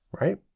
right